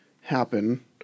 happen